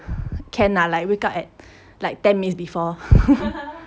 can lah like wake up at like ten minutes before